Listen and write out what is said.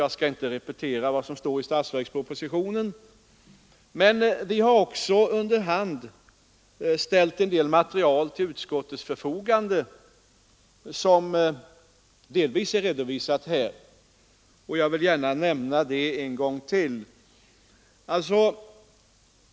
Jag skall inte repetera vad som står i statsverkspropositionen, men vi har också under hand ställt en del material till utskottets förfogande, som delvis är redovisat här, och jag vill gärna nämna det en gång till.